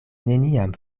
neniam